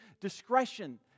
discretion